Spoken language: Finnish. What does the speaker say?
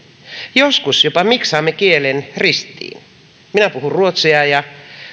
joskus jopa miksaamme kielen ristiin minä puhun ruotsia ja